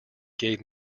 gave